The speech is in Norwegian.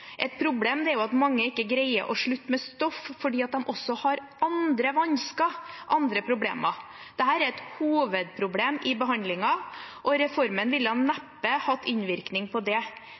Et problem er at mange ikke greier å slutte med stoff fordi de også har andre vansker, andre problemer. Dette er et hovedproblem i behandlingen, og reformen ville neppe hatt innvirkning på det.